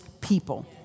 people